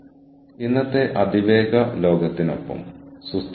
നമ്മൾ അവർക്ക് അന്തിമ ഉൽപ്പന്നം നൽകുന്നു